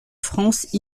france